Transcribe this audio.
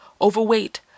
Overweight